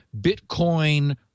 Bitcoin